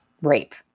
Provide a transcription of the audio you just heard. Rape